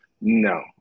No